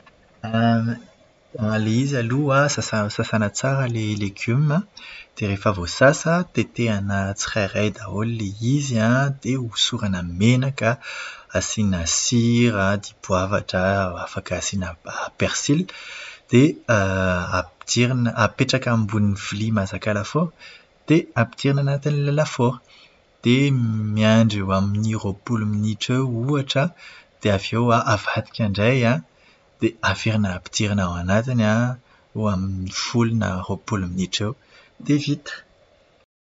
Ilay izy aloha an, sasa- sasana tsara ilay legioma an, dia rehefa voasasa tetehina tsirairay daholo ilay izy an, dia hosorana menaka, asiana sira, dipoavatra, afaka asian persily. Dia ampidirina- apetraka ambonina vilia mahazaka lafaoro, dia ampidirina anatin'ilay lafaoro. Dia miandry eo amin'ny roapolo minitra eo ohatra, dia avy eo avadika indray an. Dia averina ampidirina ao anatina eo amin'ny folo na roapolo minitra eo. Dia vita!